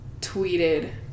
tweeted